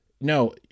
No